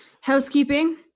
Housekeeping